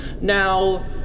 Now